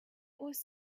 was